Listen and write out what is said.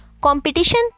Competition